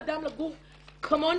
זכות האדם לגור כמוני,